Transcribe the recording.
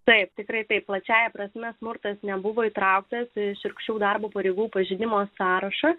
taip tikrai plačiąja prasme smurtas nebuvo įtrauktas į šiurkščių darbo pareigų pažinimo sąrašą